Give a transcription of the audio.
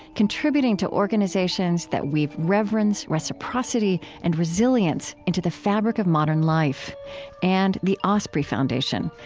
contributing to organizations that weave reverence, reciprocity, and resilience into the fabric of modern life and the osprey foundation,